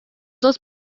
dos